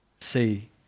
see